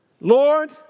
Lord